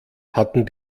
hatten